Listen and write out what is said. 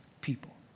people